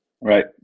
Right